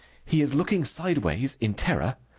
he is looking sideways in terror.